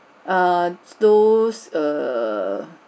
err those err